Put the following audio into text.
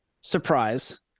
surprise